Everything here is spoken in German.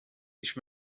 ich